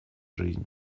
жизнь